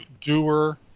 doer